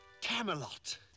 Camelot